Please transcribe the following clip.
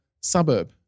suburb